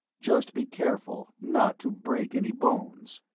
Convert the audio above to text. just be careful not to break any bones.